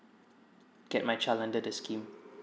get my child under the scheme